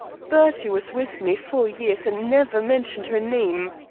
bertie was with me four years and never mentioned her name.